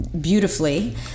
beautifully